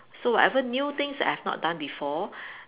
so whatever new things that I have not done before